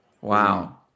Wow